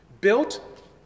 built